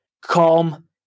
calm